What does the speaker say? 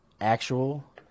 actual